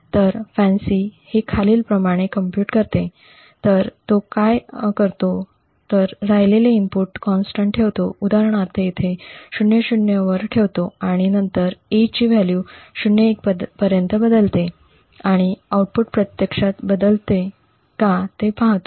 तर फॅन्सी हे खालील प्रमाणे कम्प्युट करते तर तो काय करतो तर राहिलेले इनपुट कॉन्स्टन्ट ठेवतो उदाहरणार्थ इथे '00' वर ठेवतो आणि नंतर 'A' ची व्हॅल्यू '01' पर्यंत बदलते आणि आउटपुट प्रत्यक्षात बदलते का ते पाहतो